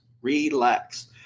relax